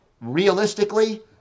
realistically